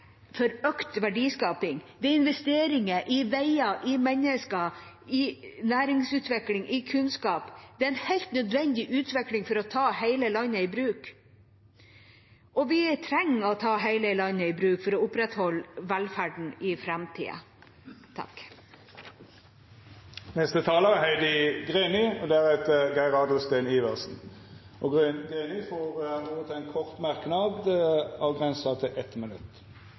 for økt verdiskaping, det er investering veier, mennesker, næringsutvikling og kunnskap. Det er en helt nødvendig utvikling for å ta hele landet i bruk. Og vi trenger å ta hele landet i bruk for å opprettholde velferden i framtiden. Representanten Heidi Greni har hatt ordet to gonger tidlegare og får ordet til ein kort merknad, avgrensa til 1 minutt.